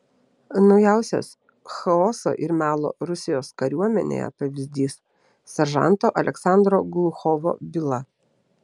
naujausias chaoso ir melo rusijos kariuomenėje pavyzdys seržanto aleksandro gluchovo byla